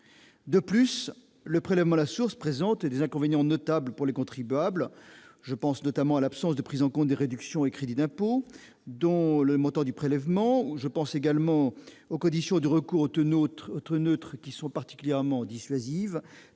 De plus, le prélèvement à la source présente des inconvénients notables pour les contribuables, comme l'absence de prise en compte des réductions et crédits d'impôt dans le montant du prélèvement, ou encore des conditions de recours au taux « neutre » particulièrement dissuasives